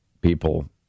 people